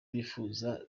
bifuza